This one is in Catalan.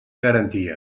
garantia